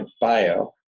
bio